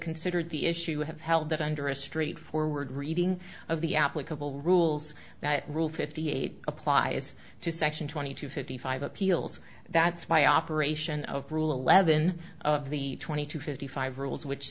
considered the issue have held that under a straightforward reading of the applicable rules that rule fifty eight applies to section twenty to fifty five appeals that's why operation of rule eleven of the twenty two fifty five rules which